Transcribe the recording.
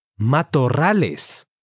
matorrales